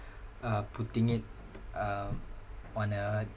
uh putting it um on a